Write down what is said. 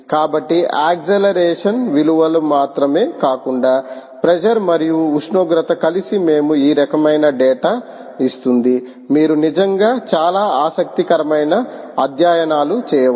కాబట్టి యాక్సలరేషన్ విలువలు మాత్రమే కాకుండా ప్రెజర్ మరియు ఉష్ణోగ్రత కలిసి మేము ఈ రకమైన డేటా ఇస్తుంది మీరు నిజంగా చాలా ఆసక్తికరమైన అధ్యయనాలు చేయవచ్చు